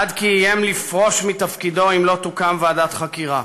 עד כי איים לפרוש מתפקידו אם לא תוקם ועדת חקירה.